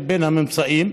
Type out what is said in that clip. בין הממצאים: